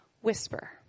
whisper